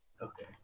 Okay